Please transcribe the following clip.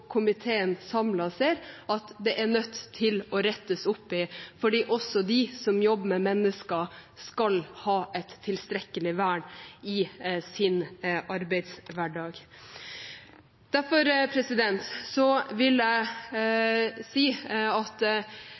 komiteen samlet ser at er nødt til å rettes opp i, for også de som jobber med mennesker, skal ha et tilstrekkelig vern i sin arbeidshverdag. Derfor vil jeg si at